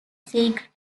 secret